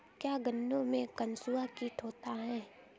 क्या गन्नों में कंसुआ कीट होता है?